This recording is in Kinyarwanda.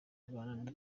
rwanda